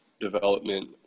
development